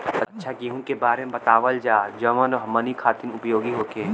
अच्छा गेहूँ के बारे में बतावल जाजवन हमनी ख़ातिर उपयोगी होखे?